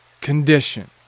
condition